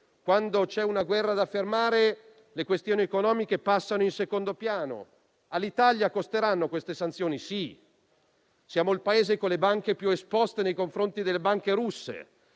quando c'è una guerra da fermare, ovviamente le questioni economiche passano in secondo piano. All'Italia costeranno queste sanzioni? Sì. Siamo il Paese con le banche più esposte nei confronti delle banche russe